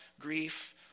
grief